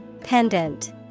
Pendant